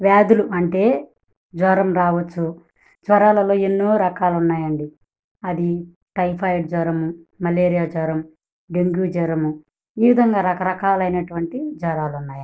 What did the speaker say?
వ్యాధులు అంటే జ్వరం రావచ్చు జ్వరాలలో ఎన్నో రకాలు ఉన్నాయి అండి అది టైఫాయిడ్ జ్వరము మలేరియా జ్వరం డెంగ్యూ జ్వరము ఈ విధంగా రకరకాలైనటువంటి జ్వరాలు ఉన్నాయండి